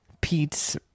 Pete's